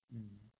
mm